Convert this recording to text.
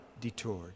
detoured